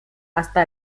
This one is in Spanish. hasta